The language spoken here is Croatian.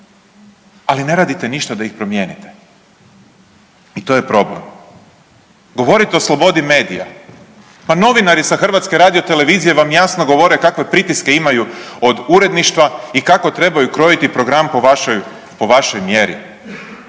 Ali ne radite ništa da ih promijenite i to je problem. Govorite o slobodi medija. Pa novinari sa HRT-a vam jasno kakve pritiske imaju od uredništva i kako trebaju krojiti program po vašoj mjeri.